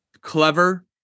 clever